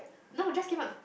no just came out